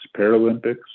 Paralympics